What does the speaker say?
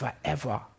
forever